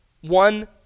one